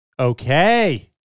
Okay